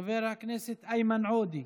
חבר הכנסת איימן עודה,